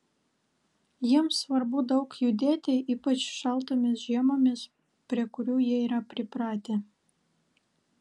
jiems svarbu daug judėti ypač šaltomis žiemomis prie kurių jie yra pripratę